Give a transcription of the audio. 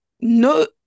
no